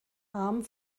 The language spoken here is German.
arm